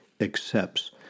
Accepts